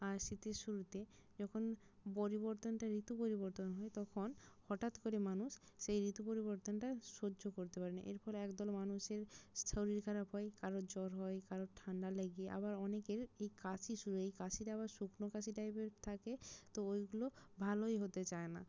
আর শীতের শুরুতে যখন পরিবর্তনটা ঋতু পরিবর্তন হয় তখন হঠাৎ করে মানুষ সেই ঋতু পরিবর্তনটা সহ্য করতে পারে না এর ফলে একদল মানুষের শরীর খারাপ হয় কারোর জ্বর হয় কারোর ঠান্ডা লাগে আবার অনেকের এই কাশি শুরু হয় এই কাশির আবার শুকনো কাশি টাইপের থাকে তো ওইগুলো ভালোই হতে চায় না